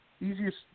easiest